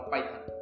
Python